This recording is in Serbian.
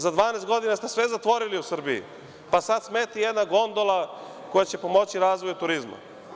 Za 12 godina ste sve zatvorili u Srbiji, pa sada smeta jedna gondola koja će pomoći razvoju turizma.